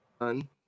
Done